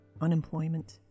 unemployment